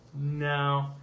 No